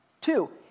Two